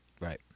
Right